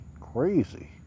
crazy